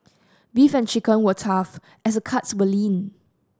beef and chicken were tough as the cuts were lean